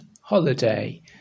holiday